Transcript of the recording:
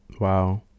wow